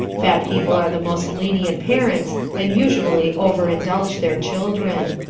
fat people are the most lenient parents and usually over-indulge their children.